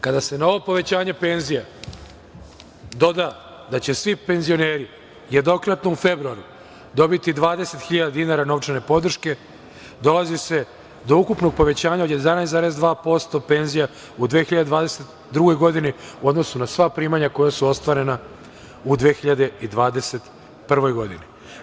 Kada se na ovo povećanje penzija doda da će svi penzioneri jednokratno u februaru dobiti 20.000 dinara novčane podrške, dolazi se do ukupnog povećanja od 11,2% penzija u 2022. godini u odnosu na sva primanja koja su ostvarena u 2021. godini.